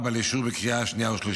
לאישור בקריאה השנייה והשלישית.